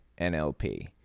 NLP